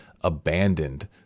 abandoned